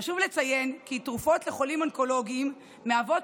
חשוב לציין כי תרופות לחולים אונקולוגיים הן